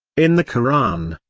in the koran,